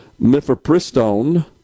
Mifepristone